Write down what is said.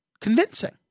convincing